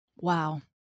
Wow